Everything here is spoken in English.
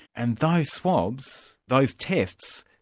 and those swabs, those tests,